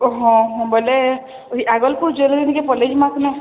ଓ ହଁ ହଁ ବେଲେ ଇ ଆଗଲ୍ପୁର୍ ଜ୍ୱେଲେରୀ ନିକେ ପଲେଇ ଯିମା ସିନେ